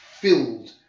filled